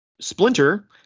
Splinter